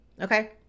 okay